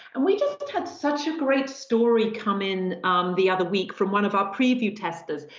and we just had such a great story come in the other week from one of our preview testers.